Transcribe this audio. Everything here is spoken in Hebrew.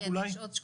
כן, יש עוד שקופית.